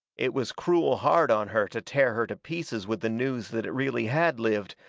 it was cruel hard on her to tear her to pieces with the news that it really had lived,